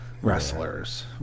wrestlers